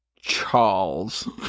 Charles